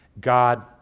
God